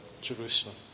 Jerusalem